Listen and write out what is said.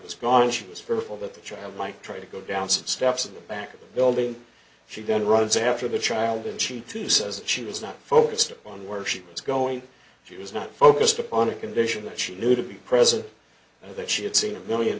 is gone she is fearful that the child might try to go down steps in the back of the building she then runs after the child and she too says that she was not focused on where she was going he was not focused upon a condition that she knew to be present that she had seen a million